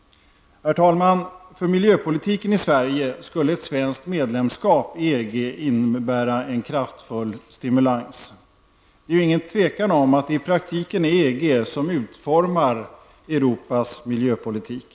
Herr talman! för miljöpolitiken i Sverige skulle ett svenskt medlemskap i EG innebära en kraftfull stimulans. Det är ju inget tvivel om att det i praktiken är EG som utformar Europas miljöpolitik.